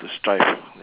to strive y~